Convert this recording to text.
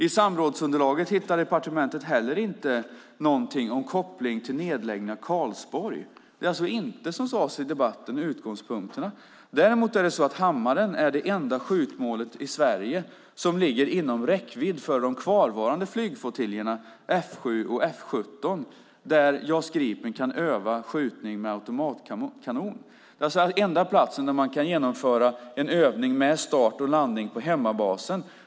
I samrådsunderlaget hittade departementet heller inte någonting om koppling till nedläggning av Karlsborg. Det är alltså inte, som sades i debatten, utgångspunkterna. Däremot är Hammaren det enda skjutmålet i Sverige som ligger inom räckvidd för de kvarvarande flygflottiljerna F 7 och F 17 där JAS Gripen kan öva skjutning med automatkanon. Det är enda platsen där man kan genomföra en övning med start och landning på hemmabasen.